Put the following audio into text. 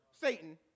Satan